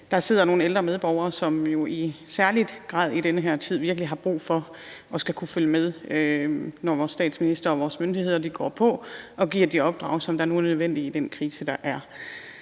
der sidder nogle ældre medborgere, som jo i særlig grad i den her tid virkelig har brug for at skulle kunne følge med, når vores statsminister og vores myndigheder går på og giver de opdrag, som nu er nødvendige i den krise, der er.